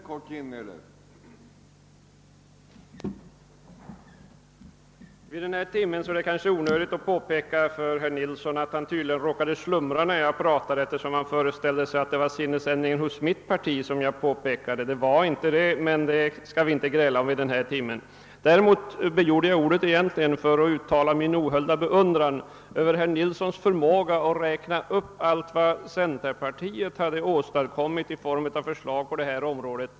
Herr talman! Vid denna timme är det kanske onödigt att fästa herr Nilssons i Tvärålund uppmärksamhet på att han tydligen råkat slumra till när jag talade. Han föreställer sig att det var mitt partis sinnesändring jag påpekade. Så var inte fallet, men därom skall vi inte gräla vid denna tidpunkt. Däremot begärde jag ordet för att uttala min ohöljda beundran för herr Nilssons förmåga att räkna upp allt vad centerpartiet har åstadkommit i form av förslag på det här området.